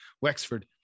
Wexford